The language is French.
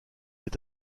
est